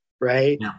right